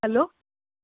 hello